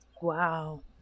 wow